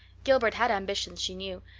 gilbert had ambitions, she knew,